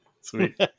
Sweet